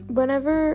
Whenever